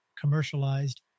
commercialized